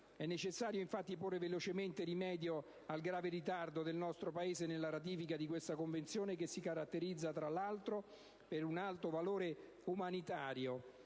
È necessario infatti porre velocemente rimedio al grave ritardo del nostro Paese nella ratifica di questa Convenzione, che si caratterizza, tra l'altro, per un alto valore umanitario.